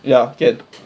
ya can